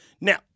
Now